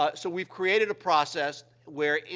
ah so, we've created a process where,